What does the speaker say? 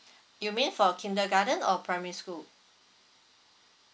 you mean for kindergarten or primary school